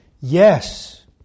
yes